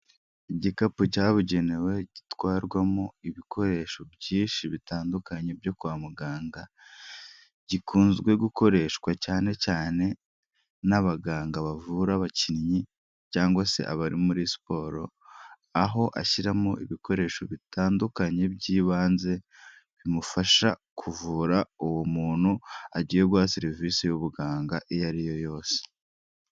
Igikapu cyabugenewe, gitwarwamo ibikoresho byinshi bitandukanye byo kwa muganga, gikunzwe gukoreshwa cyane cyane n'abaganga bavura abakinnyi, cyangwa se abari muri siporo, aho ashyiramo ibikoresho bitandukanye by'ibanze, bimufasha kuvura uwo muntu agiye guha serivisi y'ubuganga iyo ariyo yose.